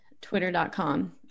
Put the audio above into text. Twitter.com